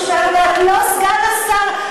אבל את לא סגן השר,